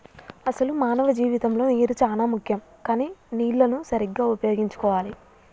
అసలు మానవ జీవితంలో నీరు చానా ముఖ్యం కానీ నీళ్లన్ను సరీగ్గా ఉపయోగించుకోవాలి